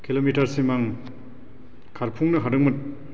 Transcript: किल'मिटारसिम आं खारफुंनो हादोंमोन